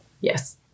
Yes